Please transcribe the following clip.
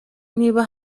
niba